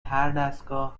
هردستگاه